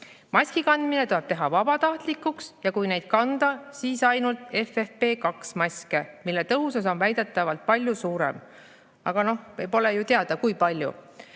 Maskikandmine tuleb teha vabatahtlikuks ja kui neid kanda, siis ainult FFP2 maske (Mille tõhusus on väidetavalt palju suurem, aga noh, pole ju teada, kui palju.